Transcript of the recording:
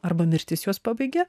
arba mirtis juos pabaigia